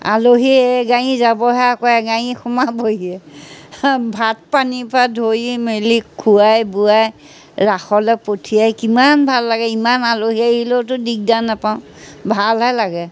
আলহীয়ে এই গাড়ী যাবহে আকৌ এগাড়ী সোমাবহিয়ে ভাত পানীৰপৰা ধৰি মেলি খুৱাই বোৱাই ৰাসলৈ পঠিয়াই কিমান ভাল লাগে ইমান আলহী আহিলেওতো দিগদাৰ নাপাওঁ ভালহে লাগে